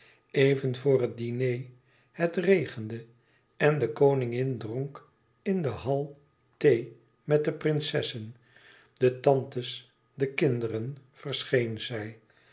het diner het regende en de koningin dronk in den hall thee met de prinsessen de tantes de kinderen verscheen zij